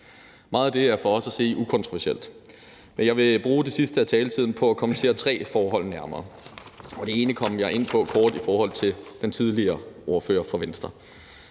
Meget af det er for os at se ukontroversielt, men jeg vil bruge det sidste af taletiden på at kommentere tre forhold nærmere. Det ene kom jeg kort ind på i forhold til den tidligere ordfører fra Venstre.